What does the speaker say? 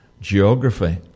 geography